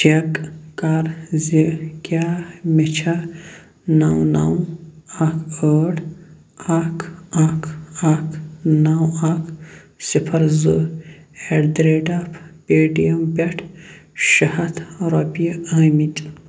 check کَر زِ کیٛاہ مےٚ چھا نو نو اکھ ٲٹھ اکھ اکھ اکھ نو اکھ صِفَر زٕ at the rate of Paytm پٮ۪ٹھ شےٚ ہتھ رۄپیہِ آمٕتی